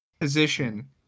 position